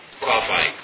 qualify